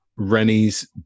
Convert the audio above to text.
Rennie's